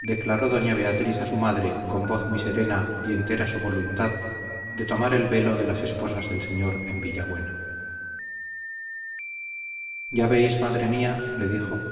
declaró doña beatriz a su madre con voz muy serena y entera su voluntad de tomar el velo de las esposas del señor en villabuena ya veis madre mía le dijo